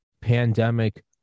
pandemic